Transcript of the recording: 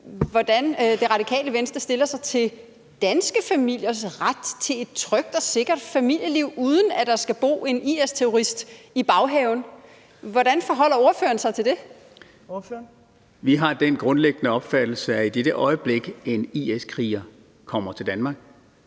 hvordan Det Radikale Venstre stiller sig til danske familiers ret til et trygt og sikkert familieliv, uden at der skal bo en IS-terrorist i baghaven. Hvordan forholder ordføreren sig til det? Kl. 14:24 Fjerde næstformand (Trine Torp): Ordføreren.